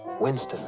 Winston